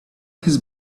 his